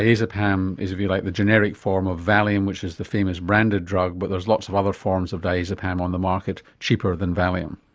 diazepam is, if you like, the generic form of valium, which is the famous branded drug, but there's lots of other forms of diazepam on the market cheaper than valium.